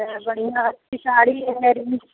बढ़िया अच्छी साड़ी है